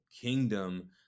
kingdom